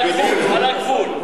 על הגבול,